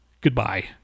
goodbye